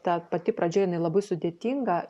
ta pati pradžia jinai labai sudėtinga